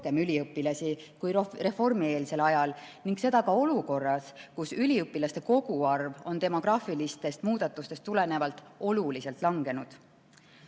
üliõpilasi kui reformieelsel ajal ning seda ka olukorras, kus üliõpilaste koguarv on demograafilistest muudatustest tulenevalt oluliselt langenud.